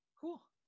Cool